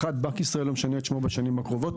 אחד, בנק ישראל לא ישנה את שמו בשנים הקרובות.